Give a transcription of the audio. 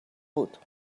بود